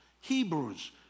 Hebrews